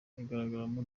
igaragaramo